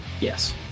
Yes